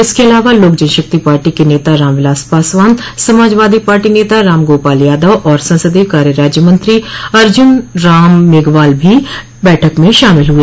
इनके अलावा लोक जनशक्ति पार्टी नेता रामविलास पासवान समाजवादी पार्टी नेता राम गापाल यादव और संसदीय कार्य राज्यमंत्री अर्जुन राम मेघवाल भी बैठक में शामिल हुए